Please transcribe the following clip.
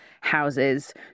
houses